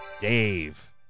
Dave